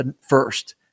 first